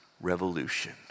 revolution